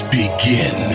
begin